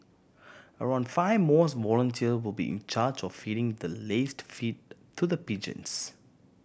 around five mosque volunteers will be in charge of feeding the laced feed to the pigeons